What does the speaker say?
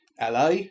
LA